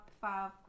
five